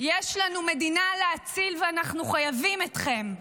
יש לנו מדינה להציל, ואנחנו חייבים אתכם.